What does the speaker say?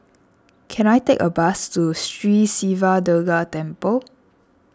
can I take a bus to Sri Siva Durga Temple